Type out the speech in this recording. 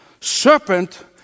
serpent